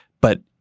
but-